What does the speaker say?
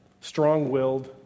strong-willed